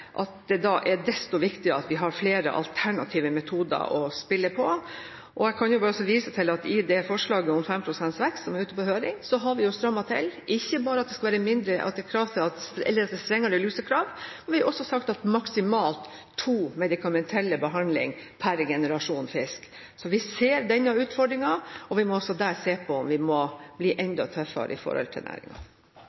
at det da er desto viktigere at vi har flere alternative metoder å spille på. Jeg kan vise til at i forslaget om 5 pst. vekst som er ute på høring, har vi strammet til. Ikke bare er det strengere lusekrav, men vi har også sagt maksimalt to medikamentelle behandlinger per generasjon fisk. Så vi ser denne utfordringen, og vi må også der se på om vi må bli enda tøffere overfor næringen. Odd Omland – til oppfølgingsspørsmål. Regjeringen har lagt opp til en